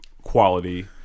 quality